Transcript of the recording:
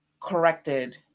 corrected